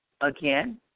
again